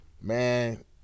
man